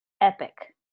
epic